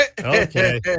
Okay